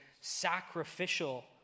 sacrificial